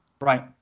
Right